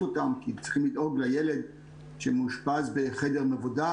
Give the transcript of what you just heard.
אותם כי צריכים לדאוג לילד שמאושפז בחדר מבודד.